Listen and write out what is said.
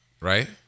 Right